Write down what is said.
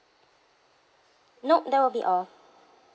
nope that will be all